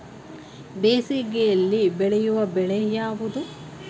ಬೇಸಿಗೆಯಲ್ಲಿ ಬೆಳೆಯುವ ಬೆಳೆ ಯಾವುದು?